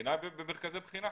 הבחינה במרכזי בחינה.